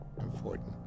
important